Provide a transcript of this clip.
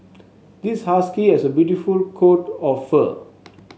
this husky has a beautiful coat of fur